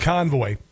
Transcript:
Convoy